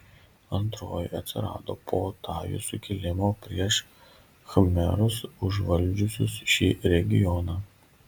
antroji atsirado po tajų sukilimo prieš khmerus užvaldžiusius šį regioną